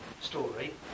story